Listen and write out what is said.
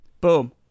Boom